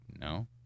No